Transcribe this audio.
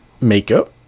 makeup